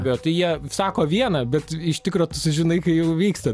bet tai jie sako vieną bet iš tikro tu sužinai kai jau vyksta